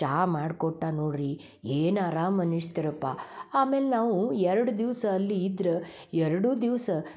ಚಾ ಮಾಡ್ಕೊಟ್ಟ ನೋಡ್ರಿ ಏನು ಅರಾಮ್ ಅನಿಶ್ತ್ರ್ಯಪ್ಪ ಆಮೇಲೆ ನಾವು ಎರಡು ದಿವಸ ಅಲ್ಲಿ ಇದ್ರೆ ಎರಡು ದಿವ್ಸ